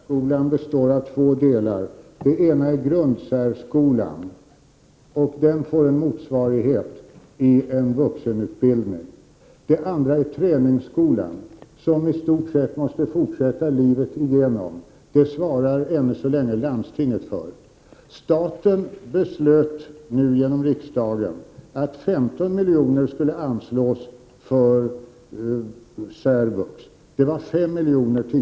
Herr talman! Jag vill än en gång erinra om att särskolan består av två delar — den ena är grundsärskolan, och den får en motsvarighet i en vuxenutbildning. Den andra är träningsskolan, som i stort sätt måste fortsätta livet igenom. Den svarar ännu så länge landstingen för. Staten beslöt nu genom riksdagen att 15 miljoner skulle anslås för särvux; det var tidigare fem miljoner.